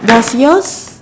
does yours